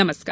नमस्कार